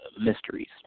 mysteries